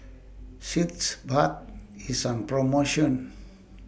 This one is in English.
Sitz Bath IS on promotion